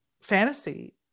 fantasy